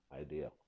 idea